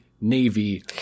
navy